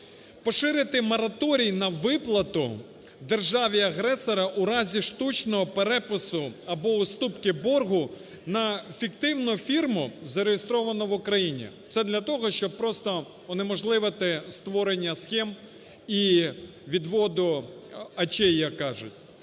Поширити мораторій на виплату державі-агресора у разі штучного перепису або уступки боргу на фіктивну фірму, зареєстровану в Україні, це для того, щоб просто унеможливити створення схем і відводу очей, як кажуть.